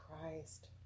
Christ